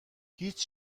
هیچ